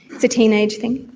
it's a teenage thing,